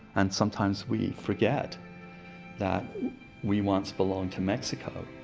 and sometimes we forget that we once belonged to mexico,